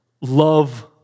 love